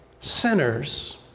sinners